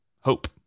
hope